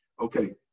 Okay